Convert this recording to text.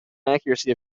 accuracy